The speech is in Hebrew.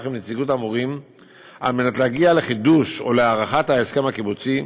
עם נציגות המורים כדי להגיע לחידוש או להארכה של ההסכם הקיבוצי,